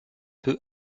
peu